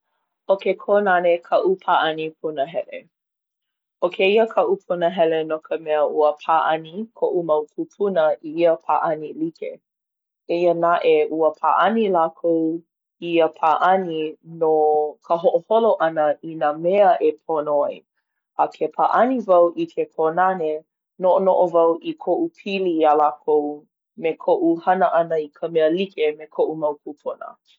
ʻO ke kōnane kaʻu pāʻani punahele. ʻO kēia kaʻu punahele no ka mea ua pāʻani koʻu mau kūpuna i ia pāʻani like. Eia naʻe ua pāʻani lākou i ia pāʻani no ka hoʻoholo ʻana i nā mea e pono ai. A ke pāʻani wau i ke kōnane, noʻonoʻo wau i koʻu pili iā lākou me koʻu hana ʻana i ka mea like me koʻu mau kūpuna.